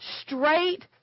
straight